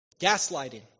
Gaslighting